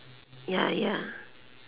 ya ya